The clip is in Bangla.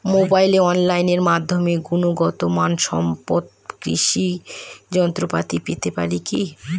মোবাইলে অনলাইনের মাধ্যমে গুণগত মানসম্পন্ন কৃষি যন্ত্রপাতি পেতে পারি কি?